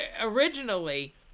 originally